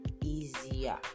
easier